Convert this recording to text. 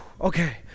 okay